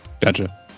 Gotcha